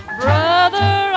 brother